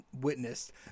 witnessed